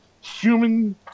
human